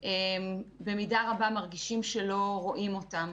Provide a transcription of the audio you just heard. שבמידה רבה מרגישים שלא רואים אותם.